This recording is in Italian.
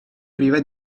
priva